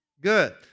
Good